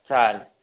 चाल